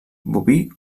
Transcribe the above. boví